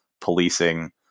policing